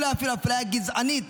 ואולי אפילו הפליה גזענית,